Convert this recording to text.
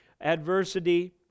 adversity